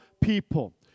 people